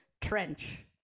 trench